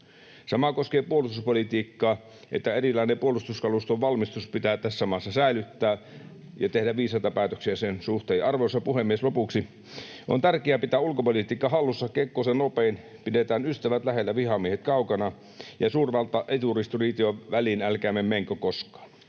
Sama koskee puolustuspolitiikkaa: erilainen puolustuskaluston valmistus pitää tässä maassa säilyttää ja tehdä viisaita päätöksiä sen suhteen. Ja, arvoisa puhemies, lopuksi: On tärkeää pitää ulkopolitiikka hallussa Kekkosen opein: pidetään ystävät lähellä, vihamiehet kaukana, ja suurvaltojen eturistiriitojen väliin älkäämme menkö koskaan.